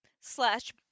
slash